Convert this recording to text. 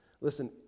Listen